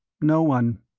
no one.